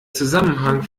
zusammenhang